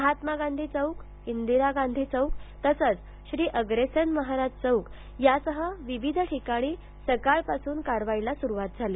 महात्मा गांधी चौक इंदिरा गांधी चौक तसंच श्री अग्रेसन महाराज चौक यासह विविध ठिकाणी सकाळपासूनच कारवाईला सुरुवात केली झाली